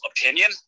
opinion